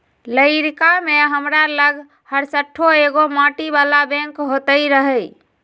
लइरका में हमरा लग हरशठ्ठो एगो माटी बला बैंक होइत रहइ